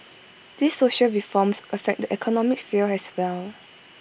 these social reforms affect the economic sphere as well